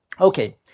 Okay